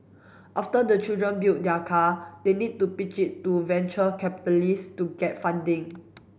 after the children build their car they need to pitch it to venture capitalist to get funding